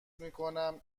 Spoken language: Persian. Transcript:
میکنم